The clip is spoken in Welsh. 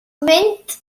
mynd